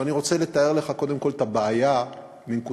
אבל אני רוצה לתאר לך קודם כול את